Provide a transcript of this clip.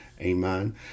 amen